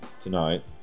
tonight